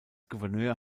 gouverneur